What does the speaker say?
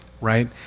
right